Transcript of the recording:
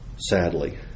Sadly